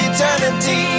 Eternity